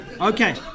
Okay